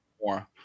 more